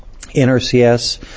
NRCS